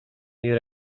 jej